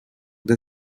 the